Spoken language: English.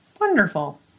wonderful